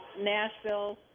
nashville